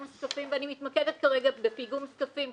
זקפים ואני מתמקדת כרגע בפיגום זקפים,